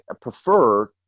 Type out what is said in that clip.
prefer